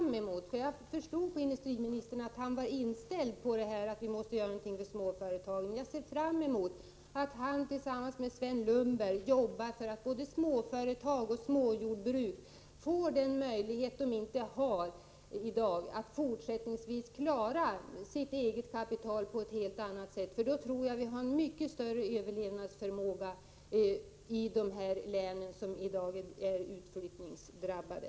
Jag förstod att industriministern var inställd på att någonting måste göras för småföretagen, 151 och jag ser fram emot att han tillsammans med Sven Lundberg jobbar för att både småföretagen och småjordbruken får den möjlighet som de inte har i dagaatt fortsättningsvis klara sitt eget kapital på ett helt annat sätt. Jag tror att det då kommer att finnas mycket större överlevnadsförmåga i de län som nu är utflyttningsdrabbade.